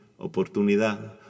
oportunidad